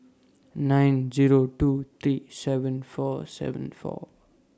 nine Zero two three seven four seven four